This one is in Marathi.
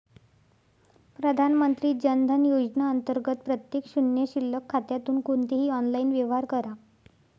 प्रधानमंत्री जन धन योजना अंतर्गत प्रत्येक शून्य शिल्लक खात्यातून कोणतेही ऑनलाइन व्यवहार करा